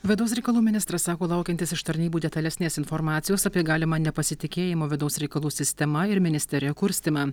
vidaus reikalų ministras sako laukiantis iš tarnybų detalesnės informacijos apie galimą nepasitikėjimo vidaus reikalų sistema ir ministerija kurstymą